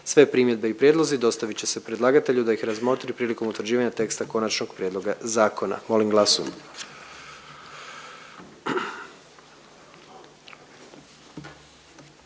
Sve primjedbe i prijedlozi dostavit će se predlagatelju da ih razmotri prilikom utvrđivanja teksta konačnog prijedloga zakona. Molim glasujmo.